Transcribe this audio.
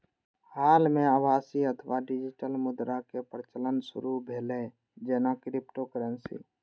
हाल मे आभासी अथवा डिजिटल मुद्राक प्रचलन शुरू भेलै, जेना क्रिप्टोकरेंसी